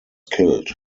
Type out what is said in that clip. killed